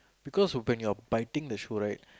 because when you are biting the shoe right